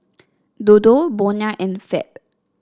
Dodo Bonia and Fab